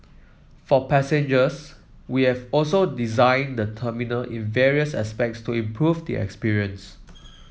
for passengers we have also designed the terminal in various aspects to improve the experience